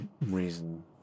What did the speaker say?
reason